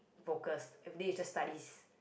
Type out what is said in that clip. focused everyday is just studies